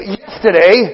yesterday